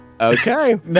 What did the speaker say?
okay